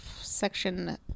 section